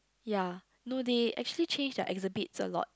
ya no they actually change their exhibits a lot